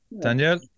Danielle